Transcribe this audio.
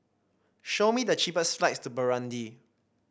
show me the cheapest flights to Burundi